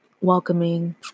welcoming